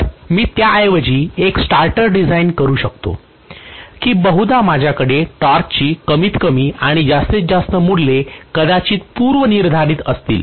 तर मी त्याऐवजी एक स्टार्टर डिझाइन करू शकतो की बहुधा माझ्याकडे टॉर्कची कमीतकमी आणि जास्तीत जास्त मूल्ये कदाचित पूर्वनिर्धारित असतील